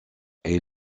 est